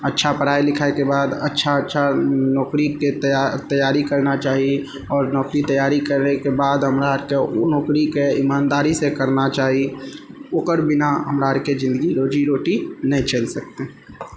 अच्छा पढ़ाइ लिखाइके बाद अच्छा अच्छा नौकरीके तैया तैयारी करना चाही आओर नौकरी तैयारी करैके बाद हमरा आरके ओ नौकरीके इमानदारी से करना चाही ओकर बिना हमरा आरके जिन्दगी रोजी रोटी नै चैल सकतै